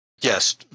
Yes